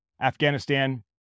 Afghanistan